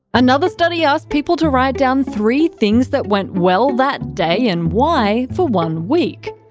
another study asked people to write down three things that went well that day and why for one week.